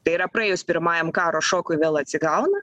tai yra praėjus pirmajam karo šokui vėl atsigauna